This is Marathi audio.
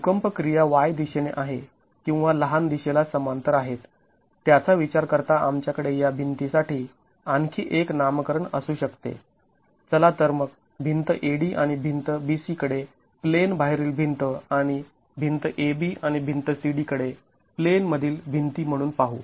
भूकंप क्रिया y दिशेने आहे किंवा लहान दिशेला समांतर आहेत त्याचा विचार करता आमच्याकडे या भिंती साठी आणखी एक नामकरण असू शकते चला तर मग भिंत AD आणि भिंत BC कडे प्लेन बाहेरील भिंत आणि भिंत AB आणि भिंत CD कडे प्लेन मधील भिंती म्हणून पाहू